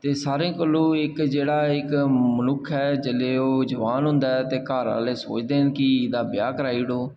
ते सारें कोला जेह्ड़ा इक्क मनुक्ख ऐ ते जेल्लै ओह् जोआन होंदा ऐ ते घर आह्ले सोचदे न ओह्दा ब्याह् कराई ओड़ो